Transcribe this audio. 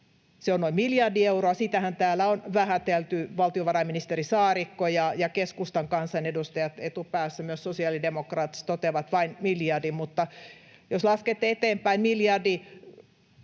se on noin miljardi euroa. Sitähän täällä on vähätelty, valtiovarainministeri Saarikko ja keskustan kansanedustajat etupäässä, ja myös sosiaalidemokraattiset toteavat ”vain miljardi”. Mutta jos laskette eteenpäin miljardi